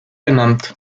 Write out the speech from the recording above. benannt